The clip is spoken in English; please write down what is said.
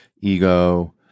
ego